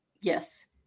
yes